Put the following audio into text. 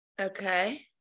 Okay